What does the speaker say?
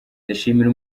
ndashimira